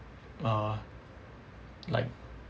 uh like